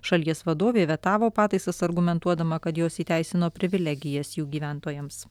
šalies vadovė vetavo pataisas argumentuodama kad jos įteisino privilegijas jų gyventojams